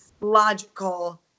logical